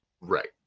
Right